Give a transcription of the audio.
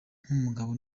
nk’umugabo